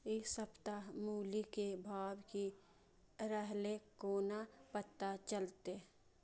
इ सप्ताह मूली के भाव की रहले कोना पता चलते?